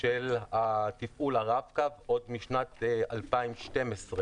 של תפעול הרב-קו עוד משנת 2012,